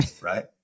Right